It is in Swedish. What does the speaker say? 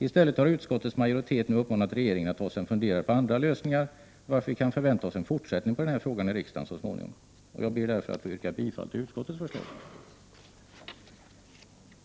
I stället har utskottets majoritet nu uppmanat regeringen att ta sig en funderare på andra lösningar, varför vi kan förvänta oss en fortsättning på denna fråga i riksdagen så småningom. Jag ber därför att få yrka bifall till utskottets förslag.